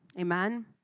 Amen